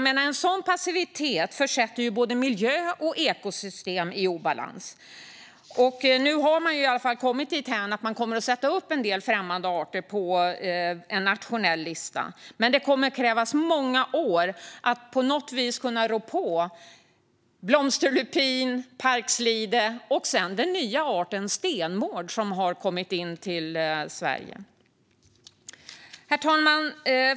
En sådan passivitet försätter både miljö och ekosystem i obalans. Nu har man i alla fall kommit dithän att man kommer att sätta upp en del främmande arter på en nationell lista. Men det kommer att krävas många år för att på något vis kunna rå på blomsterlupin, parkslide och den nya arten stenmård som har kommit in till Sverige. Herr talman!